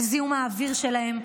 על זיהום האוויר שלהם.